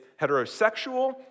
heterosexual